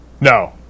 No